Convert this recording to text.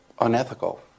unethical